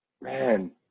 Man